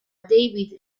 david